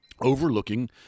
overlooking